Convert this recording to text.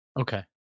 Okay